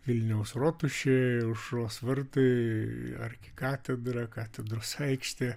vilniaus rotušė aušros vartai arkikatedra katedros aikštė